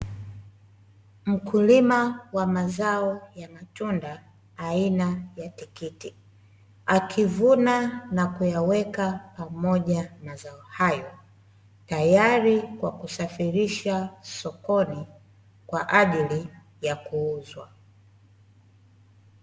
Mkulima wa mazao ya matunda aina ya tikiti akivuna na kuyaweka pamoja mazao hayo tayari kwa kusafirisha sokoni kwa ajili ya kuuzwa .